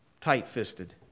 tight-fisted